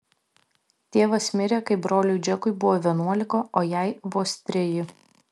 tėvas mirė kai broliui džekui buvo vienuolika o jai vos treji